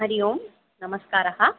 हरि ओम् नमस्कारः